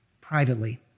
privately